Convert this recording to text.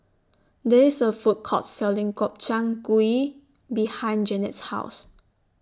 There IS A Food Court Selling Gobchang Gui behind Janet's House